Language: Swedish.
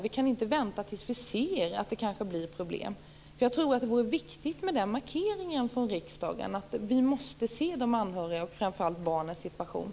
Vi kan inte vänta tills vi ser att det blir problem. Det är viktigt med denna markering från riksdagens sida. Vi måste se de anhörigas - framför allt barnens - situation.